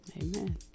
Amen